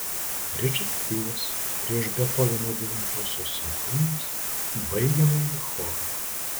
rečitatyvas prieš bethoveno devintosios simfonijos baigiamąjį chorą